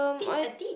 tit a tit